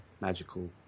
magical